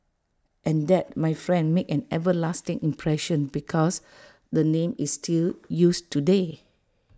and that my friend made an everlasting impression because the name is still used today